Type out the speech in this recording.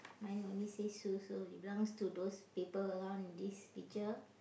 mine only says Sue so it belongs to those people around in this picture